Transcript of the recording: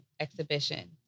exhibition